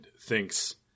thinks